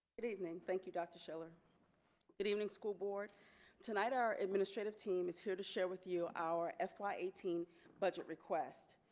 good evening thank you dr schiller good evening school board tonight our administrative team is here to share with you our fy eighteen budget request.